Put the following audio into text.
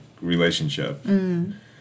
relationship